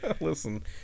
listen